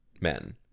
men